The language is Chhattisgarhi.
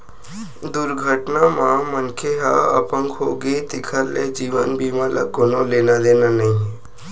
दुरघटना म मनखे ह अपंग होगे तेखर ले जीवन बीमा ल कोनो लेना देना नइ हे